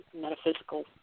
metaphysical